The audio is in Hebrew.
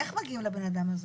איך מגיעים אליו?